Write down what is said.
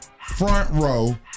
front-row